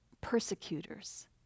persecutors